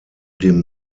dem